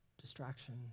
distraction